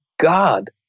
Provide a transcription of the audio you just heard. God